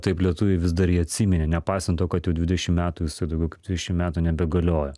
taip lietuviai vis dar jį atsiminė nepaisant to kad jau dvidešim metų jisai daugiau kaip trisdešimt metų nebegalioja